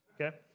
Okay